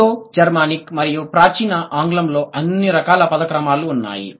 proto Germanic మరియు ప్రాచీన ఆంగ్లంలో అన్ని రకాల పద క్రమాలు ఉన్నాయి